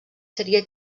seria